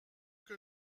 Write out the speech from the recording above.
que